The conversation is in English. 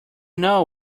know